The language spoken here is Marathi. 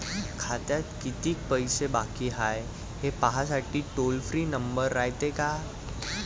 खात्यात कितीक पैसे बाकी हाय, हे पाहासाठी टोल फ्री नंबर रायते का?